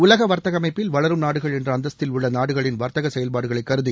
உலக வர்த்தக அமைப்பில் வளரும் நாடுகள் என்ற அந்தஸ்தில் உள்ள நாடுகளின் வர்த்தக செயல்பாடுகளை கருதி